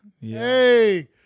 Hey